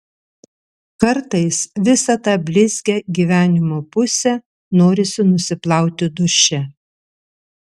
kartais visą tą blizgią gyvenimo pusę norisi nusiplauti duše